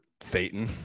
satan